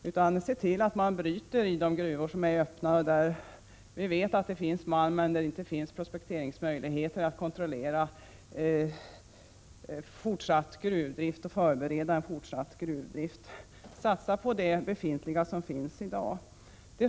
Se i stället till att man bryter i de gruvor som är öppna och där man vet att det finns malm, men där det inte finns prospekteringsmöjligheter och möjligheter att kontrollera fortsatt gruvdrift och att förbereda en fortsatt gruvdrift. Satsa på det som finns i dag!